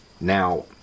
Now